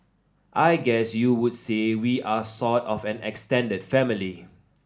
I guess you would say we are sort of an extended family